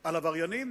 על עבריינים,